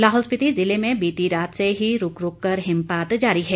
लाहौल स्पीति जिले में बीती रात से ही रूक रूककर हिमपात जारी है